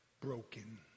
broken